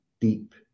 deep